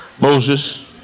Moses